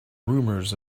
rumors